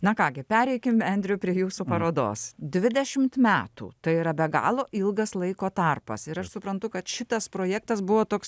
na ką gi pereikim andrew prie jūsų parodos dvidešimt metų tai yra be galo ilgas laiko tarpas ir aš suprantu kad šitas projektas buvo toks